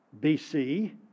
BC